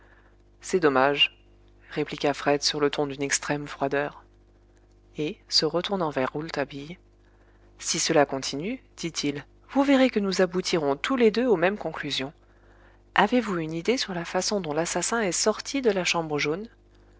c'est dommage répliqua fred sur le ton d'une extrême froideur et se retournant vers rouletabille si cela continue dit-il vous verrez que nous aboutirons tous les deux aux mêmes conclusions avez-vous une idée sur la façon dont l'assassin est sorti de la chambre jaune